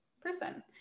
person